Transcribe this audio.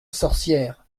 sorcière